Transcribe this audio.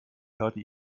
karte